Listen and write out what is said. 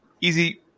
easy